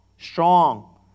strong